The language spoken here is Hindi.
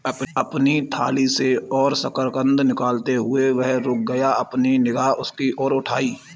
अपनी थाली से और शकरकंद निकालते हुए, वह रुक गया, अपनी निगाह उसकी ओर उठाई